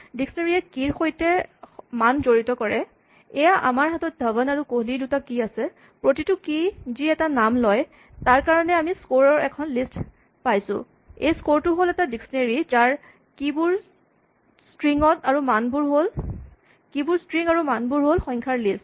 dictionary য়ে key ৰ সৈতে মান জড়িত কৰে এয়া আমাৰ হাতত ধৱন আৰু কোহলি দুটা কী আছে প্ৰতিটো কী যি এটা নাম হয় তাৰ কাৰণে আমি স্কৰ ৰ এখন লিষ্ট পাইছোঁ এই স্কৰ টো হ'ল এটা ডিক্সনেৰী যাৰ কী বোৰ ষ্ট্ৰিং আৰু মানবোৰ হ'ল সংখ্যাৰ লিষ্ট